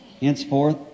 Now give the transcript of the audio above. henceforth